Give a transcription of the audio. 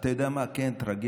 אתה יודע מה, כן, טרגדיות.